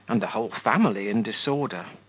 and the whole family in disorder.